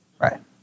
Right